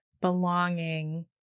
belonging